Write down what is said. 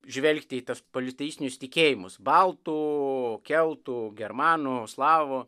žvelgti į tuos politeistinius tikėjimus baltų keltų germanų slavų